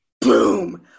boom